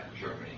Germany